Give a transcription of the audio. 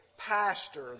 pastor